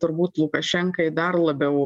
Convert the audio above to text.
turbūt lukašenkai dar labiau